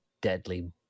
deadly